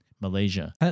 Malaysia